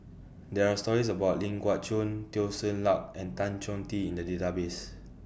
There Are stories about Ling Geok Choon Teo Ser Luck and Tan Choh Tee in The Database